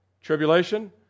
tribulation